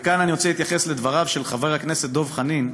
וכאן אני רוצה להתייחס לדבריו של חבר הכנסת דב חנין,